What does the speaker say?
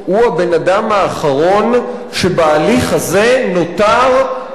הוא הבן-אדם האחרון שנותר בהליך הזה בין